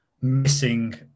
missing